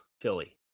Philly